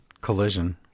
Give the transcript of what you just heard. Collision